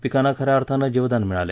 पिकांना ख याअर्थाने जीवदान मिळाले